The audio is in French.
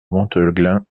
monteglin